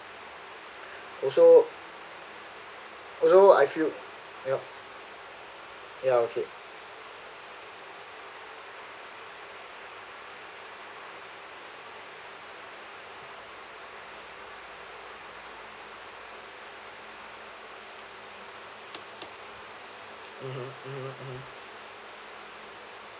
also also I feel yeah yeah okay mmhmm mmhmm mmhmm